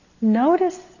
Notice